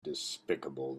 despicable